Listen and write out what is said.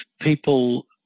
people